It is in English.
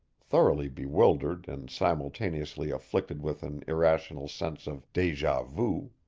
thoroughly bewildered and simultaneously afflicted with an irrational sense of deja vu.